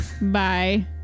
bye